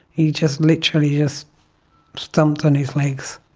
he just literally just stomped on his legs.